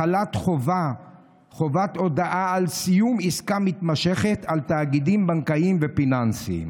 החלת חובת הודעה על סיום עסקה מתמשכת על תאגידים בנקאיים ופיננסיים).